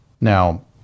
Now